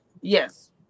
Yes